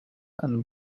and